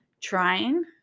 trying